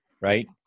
right